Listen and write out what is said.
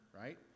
right